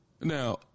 now